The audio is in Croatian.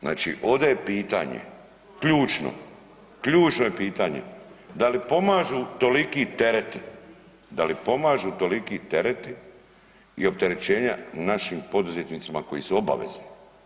Znači ovdje je pitanje ključno, ključno je pitanje da li pomažu toliki tereti, da li pomažu toliki tereti i opterećenja našim poduzetnicima koji su obavezni?